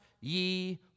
ye